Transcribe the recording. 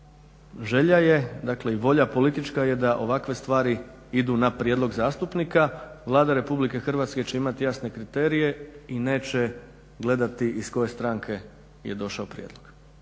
želja je i volja politička je da ovakve stvari idu na prijedlog zastupnika. Vlada Republike Hrvatske će imati jasne kriterije i neće gledati iz koje stranke je došao prijedlog,